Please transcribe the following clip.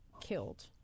killed